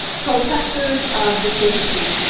protesters of the papacy.